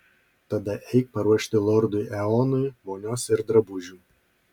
tada eik paruošti lordui eonui vonios ir drabužių